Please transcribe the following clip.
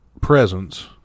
presence